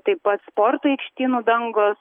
taip pat sporto aikštynų dangos